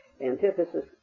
antithesis